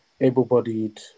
able-bodied